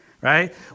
Right